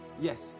yes